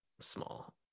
Small